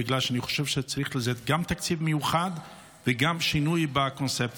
בגלל שאני חושב שצריך לזה גם תקציב מיוחד וגם שינוי בקונספציה.